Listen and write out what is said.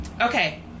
Okay